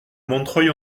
montreuil